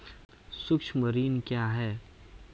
सुक्ष्म ऋण क्या हैं?